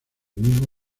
mismo